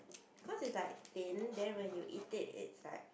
cause it's like thin then when you eat it it's like